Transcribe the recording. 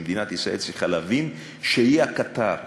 שמדינת ישראל צריכה להבין שהיא הקטר.